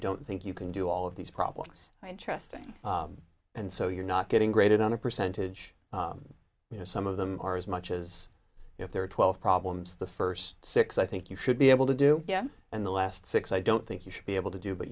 don't think you can do all of these problems are interesting and so you're not getting graded on a percentage you know some of them are as much as if there are twelve problems the first six i think you should be able to do and the last six i don't think you should be able to do but